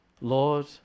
Lord